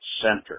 center